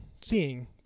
seeing